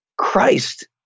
Christ